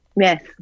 Yes